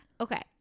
Okay